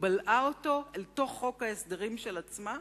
ובלעה אותו אל תוך חוק ההסדרים של עצמה,